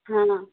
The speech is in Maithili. हँ